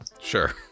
Sure